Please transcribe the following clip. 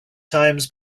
times